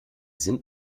sind